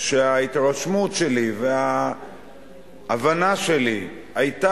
שההתרשמות שלי וההבנה שלי היו,